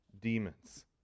demons